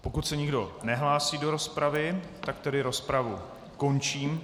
Pokud se nikdo nehlásí do rozpravy, rozpravu končím.